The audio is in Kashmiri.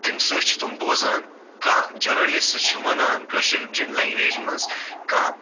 تَمہِ سۭتۍ چھِ تٕم بوزان کانٛہہ جٔرنٔلِسٹ چھُ وَنان کٲشِر لنگویج منٛز کانہہ